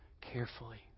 carefully